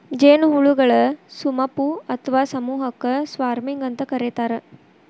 ಜೇನುಹುಳಗಳ ಸುಮಪು ಅತ್ವಾ ಸಮೂಹಕ್ಕ ಸ್ವಾರ್ಮಿಂಗ್ ಅಂತ ಕರೇತಾರ